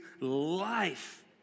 life